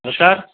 नमस्कार